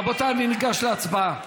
רבותיי, אני ניגש להצבעה.